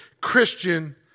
Christian